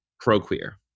pro-queer